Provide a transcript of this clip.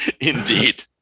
Indeed